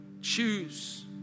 Choose